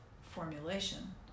formulation